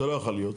זה לא יוכל להיות,